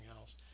else